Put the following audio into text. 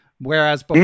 whereas